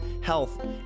health